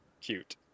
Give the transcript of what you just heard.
Cute